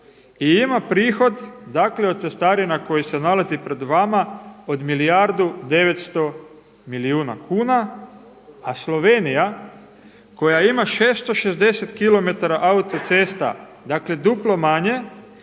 ima prihod dakle od cestarina koji se nalazi pred vama od 1 milijardu 900 milijuna kuna a Slovenija koja ima 660 kilometara autocesta dakle duplo manje